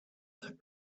that